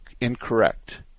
incorrect